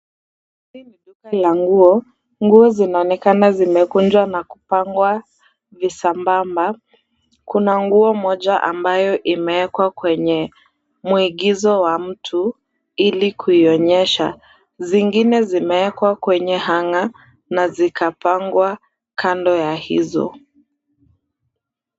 Hili ni duka la nguo. Nguo zinaonekana zimekunjwa na kupangwa visambamba. Kuna nguo moja ambayo imewekwa kwenye mwigizo wa mtu ili kuionyesha. Zingine zimewekwa kwenye hanger na zikapangwa kando ya hizo.